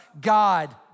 God